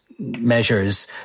measures